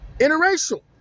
interracial